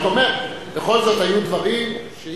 אני רק אומר: בכל זאת היו דברים שאי-אפשר,